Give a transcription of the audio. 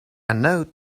note